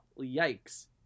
yikes